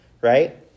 right